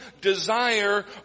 desire